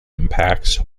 impacts